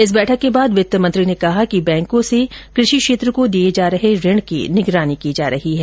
इस बैठक के बाद वित्त मंत्री ने कहा कि बैंकों से कृषि क्षेत्र को दिए जा रहे ऋण की निगरानी की जा रही है